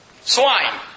swine